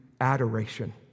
adoration